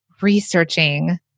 researching